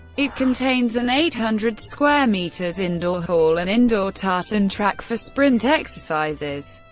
it contains an eight hundred square meters indoor hall, an indoor tartan track for sprint exercises,